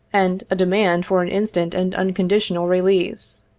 and a demand for an instant and unconditional release.